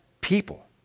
people